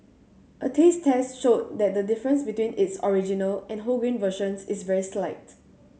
a taste test showed that the difference between its original and wholegrain versions is very slight